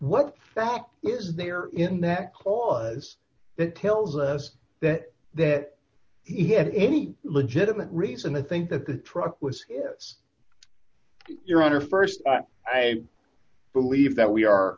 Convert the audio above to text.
what fact is there in that clause that tells us that that he had any legitimate reason to think that the truck was this your honor st i believe that we are